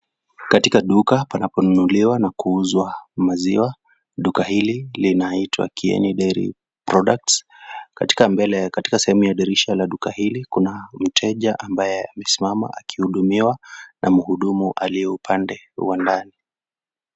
Katika duka panaponunuliwa na kuuzwa maziwa. Duka hili linaitwa Kieni dairy products. Katika sehemu ya dirisha la duka hili kuna mteja ambaye amesimama akihudumiwa na mhudumu aliye upande wa ndani.